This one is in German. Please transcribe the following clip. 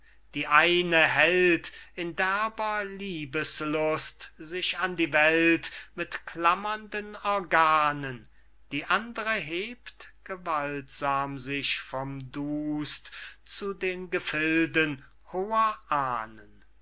die eine hält in derber liebeslust sich an die welt mit klammernden organen die andre hebt gewaltsam sich vom dust zu den gefilden hoher ahnen